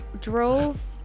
drove